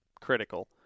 critical